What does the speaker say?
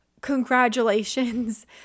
congratulations